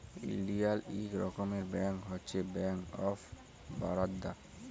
ইলডিয়াল ইক রকমের ব্যাংক হছে ব্যাংক অফ বারদা